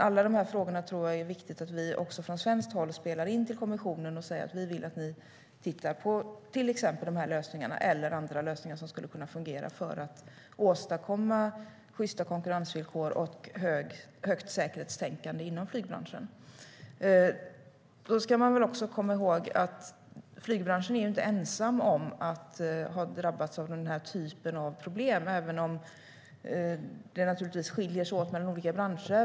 Jag tror att det är viktigt att vi från svenskt håll spelar in alla de här frågorna till kommissionen och säger att vi vill att de tittar på till exempel de här lösningarna eller andra lösningar som skulle kunna fungera för att åstadkomma sjysta konkurrensvillkor och högt säkerhetstänkande inom flygbranschen. Man ska också komma ihåg att flygbranschen inte är ensam om att ha drabbats av den här typen av problem, även om det naturligtvis skiljer sig åt mellan olika branscher.